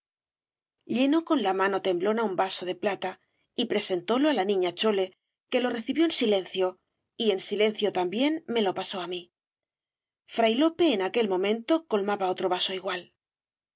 llenó con mano temblona un vaso de plata y presentóselo á la niña chole que lo recibió en silencio y en silencio también rae lo pasó á mí fray lope en aquel momento colmaba otro vaso igual